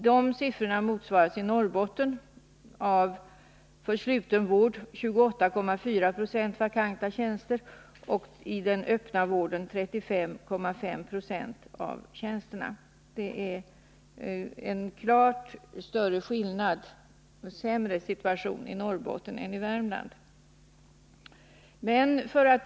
Dessa siffror motsvaras i Norrbotten av 28,4 96 vakanta tjänster inom sluten vård och 35,5 96 inom den öppna vården. Det är en klar skillnad. Situationen i Norrbotten är klart sämre än i Värmland.